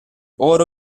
oro